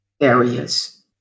areas